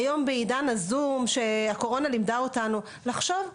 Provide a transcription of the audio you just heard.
היום בעידן הזום, הקורונה לימדה אותנו לחשוב פתוח.